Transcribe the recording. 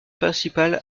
principale